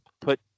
put